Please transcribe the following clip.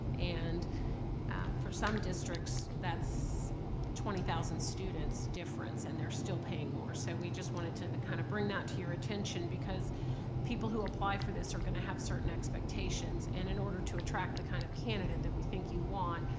and for some districts that's twenty thousand students difference and they're still paying more. so we just wanted to kind of bring that to your attention, because people who apply for this are gonna have certain expectations, and in order to attract the kind of candidate that we think you want,